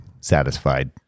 satisfied